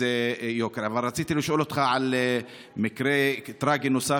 אבל רציתי לשאול אותך על מקרה טרגי נוסף